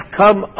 come